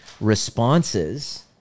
responses